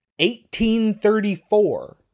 1834